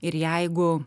ir jeigu